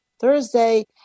Thursday